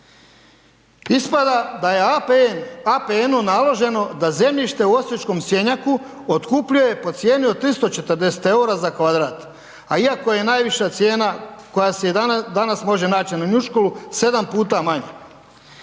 Ispada da je APN, APN-u naloženo da zemljište u Osječkom Sjenjaku otkupljuje po cijeni od 340 eura za kvadrat a iako je najviša cijena koja se i danas može naći na njuškalu 7 puta manja.